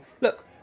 look